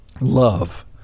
Love